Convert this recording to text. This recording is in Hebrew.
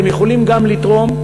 אתם יכולים גם לתרום,